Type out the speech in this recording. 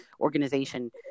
organization